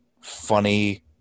funny